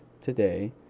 today